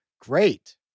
great